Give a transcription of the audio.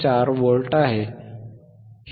4 volt आहे